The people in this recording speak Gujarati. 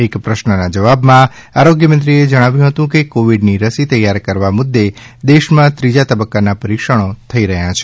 એક પ્રશ્નના જવાબમાં આરોગ્યમંત્રીએ જણાવ્યું હતું કે કોવીડની રસી તૈયાર કરવાના મુદ્દે દેશમાં ત્રીજા તબક્કાના પરિક્ષણો થઈ રહ્યા છે